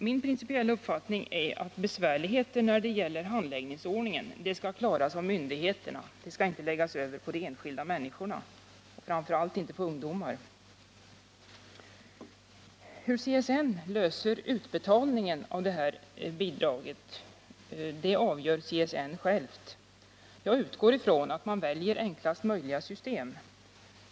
Min principiella uppfattning är att besvärligheter när det gäller handläggningsordningen skall klaras av myndigheterna och inte läggas över på de enskilda människorna, framför allt inte på ungdomar. Hur CSN löser utbetalningen av det här bidraget avgör CSN själv. Jag utgår ifrån att man väljer enklaste möjliga system.